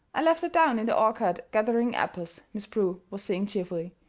i left her down in the orchard gathering apples, miss prue was saying cheerfully.